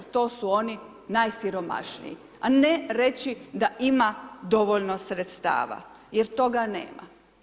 To su oni najsiromašniji a ne reći da ima dovoljno sredstava jer toga nema.